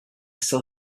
still